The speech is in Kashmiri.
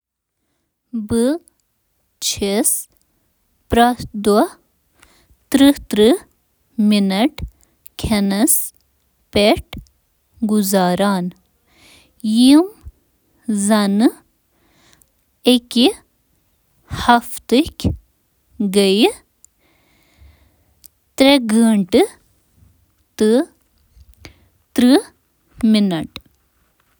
بہٕ چُھس پریتھ دۄہس سَتٲٹھ منٹ مشروبات کھینس تہٕ چیٚنس منٛز گُزاران۔ تہٕ فی ہفتہٕ کم از کم پانٛژ ہتھ ترٕہ شیٚیہِ منٹ۔ کھینس پیٹھ۔